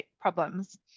problems